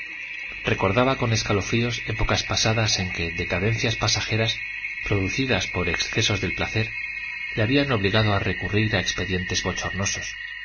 recordaba con escalofríos épocas pasadas en que decadencias pasajeras producidas por excesos de placer le habían obligado a recurrir a expedientes bochornosos